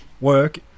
work